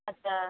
अच्छा